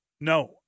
no